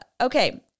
Okay